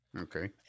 Okay